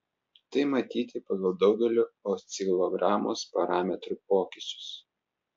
tai matyti pagal daugelio oscilogramos parametrų pokyčius